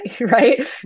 right